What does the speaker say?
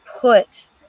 put